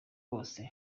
bose